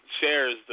shares